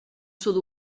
sud